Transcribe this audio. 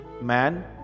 man